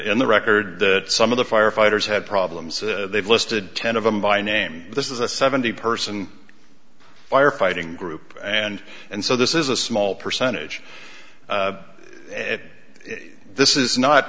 in the record that some of the firefighters had problems they've listed ten of them by name this is a seventy person firefighting group and and so this is a small percentage it this is not